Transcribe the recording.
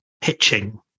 pitching